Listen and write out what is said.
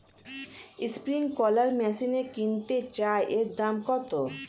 Sprinkler machine কিনতে চাই এর দাম কত?